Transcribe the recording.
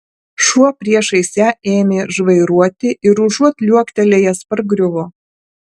šuo priešais ją ėmė žvairuoti ir užuot liuoktelėjęs pargriuvo